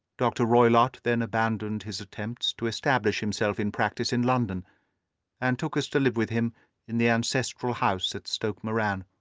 dr. roylott then abandoned his attempts to establish himself in practice in london and took us to live with him in the old ancestral house at stoke moran.